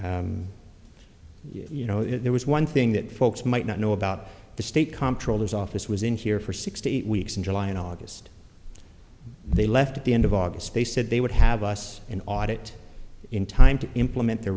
you know there was one thing that folks might not know about the state comptroller's office was in here for six to eight weeks in july and august they left at the end of august they said they would have us an audit in time to implement the